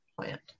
plant